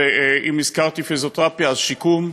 ואם הזכרתי פיזיותרפיה, אז שיקום.